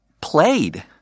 played